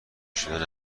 شدن